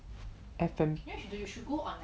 F_M